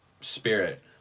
spirit